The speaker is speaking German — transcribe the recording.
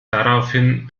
daraufhin